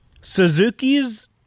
Suzuki's